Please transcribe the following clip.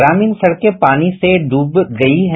ग्रामीण सड़कें पानी से डूब गयी हैं